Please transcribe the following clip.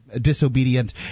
disobedient